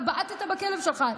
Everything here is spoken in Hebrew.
אתה בעטת בכלב שלך.